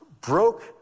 broke